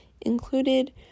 included